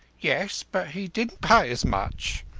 yes, but he didn't pay as much.